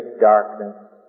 darkness